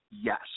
Yes